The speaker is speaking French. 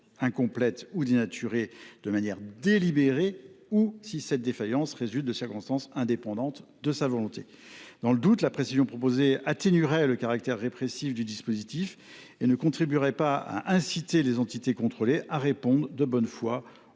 incomplètes ou dénaturées de manière délibérée, ou bien si cette défaillance résulte de circonstances indépendantes de sa volonté. Dans le doute, la précision proposée atténuerait le caractère répressif du dispositif et ne contribuerait pas à inciter les entités contrôlées à répondre de bonne foi aux demandes